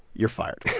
you're fired